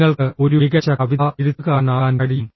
നിങ്ങൾക്ക് ഒരു മികച്ച കവിതാ എഴുത്തുകാരനാകാൻ കഴിയും